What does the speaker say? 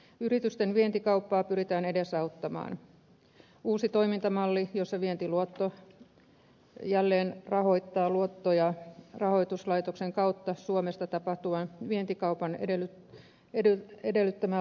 yritysten vientikauppaa pyritään edesauttamaan uudella toimintamallilla jossa vientiluotto jälleenrahoittaa luotto ja rahoituslaitoksen kautta suomesta tapahtuvan vientikaupan edellyttämää luotonantoa